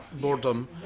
boredom